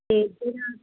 ਤੇ ਜਿਹੜਾ